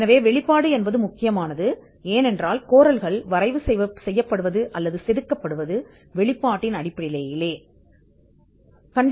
எனவே இந்த வெளிப்பாடு முக்கியமானது ஏனெனில் கூற்றுக்கள் வரைவு செய்யப்பட்டன அல்லது வெளிப்படுத்தப்பட்டதிலிருந்து செதுக்கப்பட்டுள்ளன